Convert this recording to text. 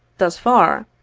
thus far,